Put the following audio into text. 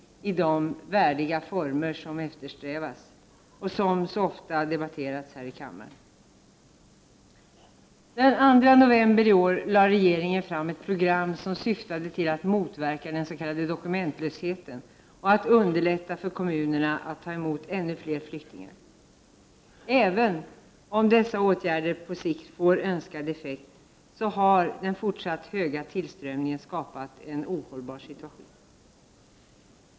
1989/90:46 diga former som eftersträvas och som ofta tas upp i debatterna här i kamma 14 december 1989 ren. SN Den 2 november i år lade regeringen fram ett program som syftade till att motverka den s.k. dokumentlösheten och att underlätta för kommunerna att ta emot ännu fler flyktingar. Även om dessa åtgärder på sikt får önskad effekt har den fortsatt höga tillströmmningen skapat en ohållbar situation.